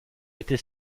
était